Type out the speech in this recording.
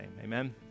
Amen